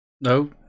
No